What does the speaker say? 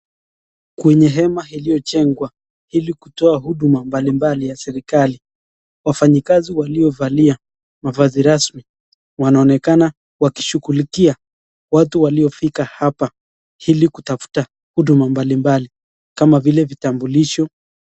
Kwenye hema iliyonjengwa ili kutoa huduma mbalimbali ya serikali , wafanyikazi waliovalia mavazi rasmi wanaonekana wakishughulikia watu waliofika hapa ili kutafuta huduma mbalimbali kama vile; vitambulisho.